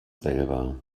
selber